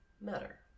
matter